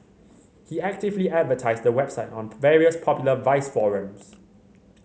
he actively advertised the website on various popular vice forums